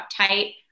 uptight